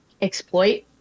exploit